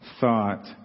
thought